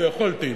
לו יכולתי,